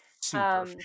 Super